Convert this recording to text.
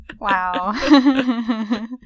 Wow